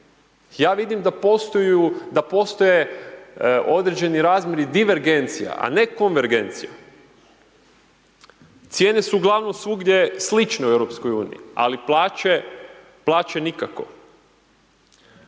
ja vidim da postoje određeni razmjeri divergencija, a ne konvergencija. Cijene su uglavnom svugdje slične u Europskoj